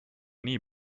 nii